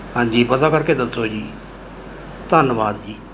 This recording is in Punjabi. ਹਾਂਜੀ ਪਤਾ ਕਰਕੇ ਦੱਸੋ ਜੀ ਧੰਨਵਾਦ ਜੀ